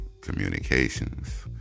communications